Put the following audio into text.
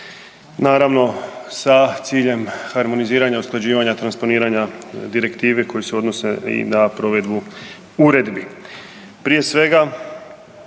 Naravno sa ciljem harmoniziranja, usklađivanja, transponiranja direktive koje se odnose i na provedbu uredbi. Prije svega,